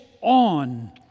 on